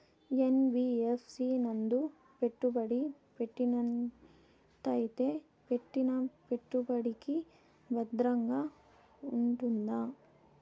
NBFC నందు పెట్టుబడి పెట్టినట్టయితే పెట్టిన పెట్టుబడికి భద్రంగా ఉంటుందా?